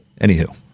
Anywho